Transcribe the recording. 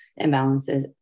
imbalances